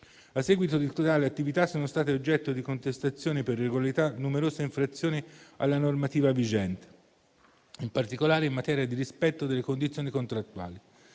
A seguito di tale attività, sono state oggetto di contestazione per irregolarità numerose infrazioni alla normativa vigente, in particolare in materia di rispetto delle condizioni contrattuali.